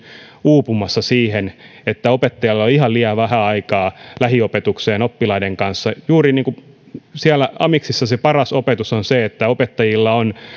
uupumassa siihen että opettajilla on ihan liian vähän aikaa lähiopetukseen oppilaiden kanssa juuri siellä amiksissa paras opetus on se että opettajilla on